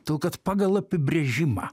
todėl kad pagal apibrėžimą